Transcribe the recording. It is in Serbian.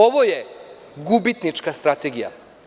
Ovo je gubitnička strategija.